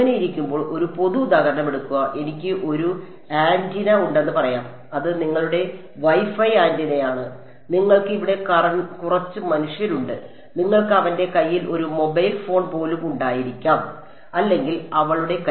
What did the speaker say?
അങ്ങനെയായിരിക്കുമ്പോൾ ഒരു പൊതു ഉദാഹരണം എടുക്കുക എനിക്ക് ഒരു ആന്റിന ഉണ്ടെന്ന് പറയാം അത് നിങ്ങളുടെ വൈഫൈ ആന്റിനയാണ് നിങ്ങൾക്ക് ഇവിടെ കുറച്ച് മനുഷ്യരുണ്ട് നിങ്ങൾക്ക് അവന്റെ കൈയിൽ ഒരു മൊബൈൽ ഫോൺ പോലും ഉണ്ടായിരിക്കാം അല്ലെങ്കിൽ അവളുടെ കൈ